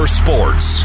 sports